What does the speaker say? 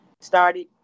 started